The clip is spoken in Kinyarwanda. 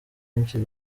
nyinshi